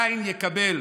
קין יקבל